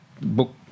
book